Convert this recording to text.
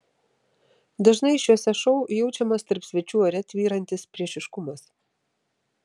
dažnai šiuose šou jaučiamas tarp svečių ore tvyrantis priešiškumas